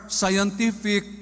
scientific